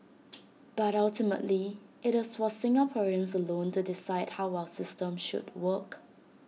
but ultimately IT is for Singaporeans alone to decide how our system should work